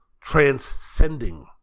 Transcending